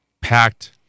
Packed